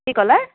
কি ক'লে